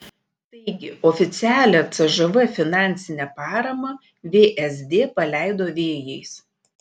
taigi oficialią cžv finansinę paramą vsd paleido vėjais